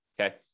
Okay